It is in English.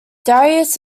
darius